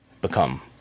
become